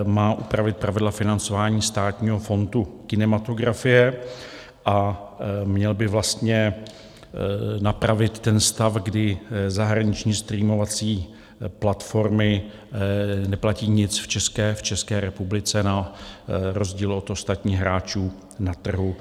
Má upravit pravidla financování Státního fondu kinematografie a měl by vlastně napravit stav, kdy zahraniční streamovací platformy neplatí nic v České republice na rozdíl od ostatních hráčů na trhu.